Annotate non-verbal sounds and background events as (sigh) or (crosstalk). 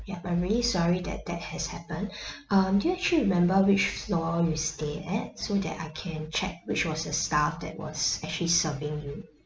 ya I'm really sorry that that has happened (breath) um do you actually remember which floor you stay at so that I can check which was the staff that was actually serving you